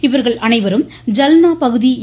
இவர்கள் அனைவரும் ஜல்னா பகுதி எ